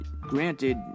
Granted